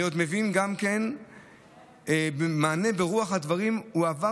אני עוד מבין גם שמענה ברוח הדברים הועבר